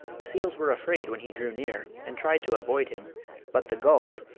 the seals were afraid when he drew near, and tried to avoid him but the gulls,